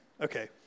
Okay